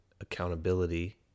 accountability